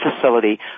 facility